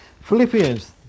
Philippians